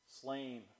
slain